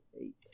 eight